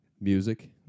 music